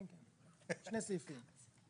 כן, כן, שני סעיפים.